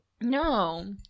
No